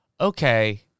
okay